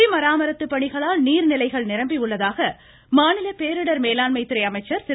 குடிமராமத்து பணிகளால் நீர் நிலைகள் நிரம்பியுள்ளதாக மாநில பேரிடர் மேலாண்மை துறை அமைச்சர் திரு